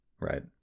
right